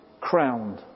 crowned